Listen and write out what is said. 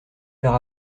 faire